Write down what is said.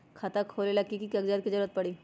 खाता खोले ला कि कि कागजात के जरूरत परी?